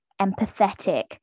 empathetic